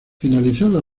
finalizada